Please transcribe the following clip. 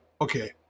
okay